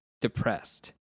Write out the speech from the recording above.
depressed